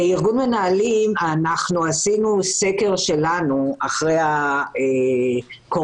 כארגון מנהלים עשינו סקר שלנו אחרי הקורונה.